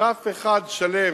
גרף אחד שלם,